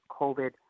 COVID